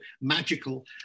magical